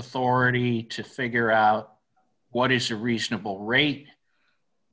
authority to figure out what is a reasonable rate